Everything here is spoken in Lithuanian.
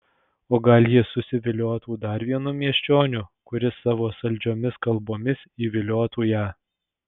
o gal ji susiviliotų dar vienu miesčioniu kuris savo saldžiomis kalbomis įviliotų ją